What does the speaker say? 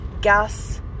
gas